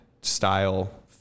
style